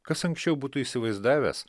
kas anksčiau būtų įsivaizdavęs